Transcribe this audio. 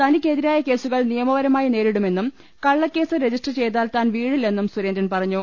തനിക്കെതിരായ കേസുകൾ നിയമപരമായി നേരിടുമെന്നും കള്ളക്കേസ് രജിസ്റ്റർ ചെയ്താൽ താൻ വീഴില്ലെന്നും സുരേന്ദ്രൻ പറഞ്ഞു